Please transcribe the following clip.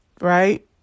right